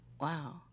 wow